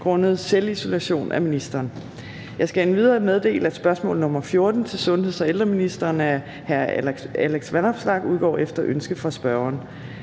grundet selvisolation af ministeren. Jeg skal endvidere meddele, at spørgsmål nr. 14 til sundheds- og ældreministeren af Alex Vanopslagh udgår efter ønske fra spørgeren.